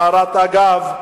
בהערת אגב,